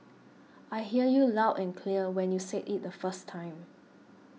I hear you loud and clear when you said it the first time